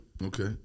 Okay